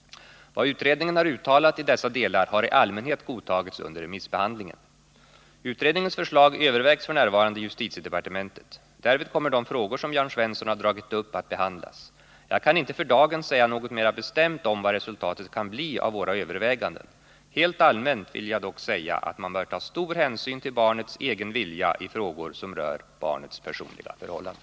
Vad utredningen har uttalat i dessa delar har i allmänhet godtagits under remissbehandlingen. Utredningens förslag övervägs f.n. i justitiedepartementet. Därvid kommer de frågor som Jörn Svensson har tagit upp att behandlas. Jag kan inte för dagen säga något mera bestämt om vad resultatet kan bli av våra överväganden. Helt allmänt vill jag dock säga att man bör ta stor hänsyn till barnets egen vilja i frågor som rör barnets personliga förhållanden.